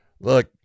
Look